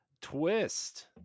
twist